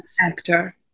actor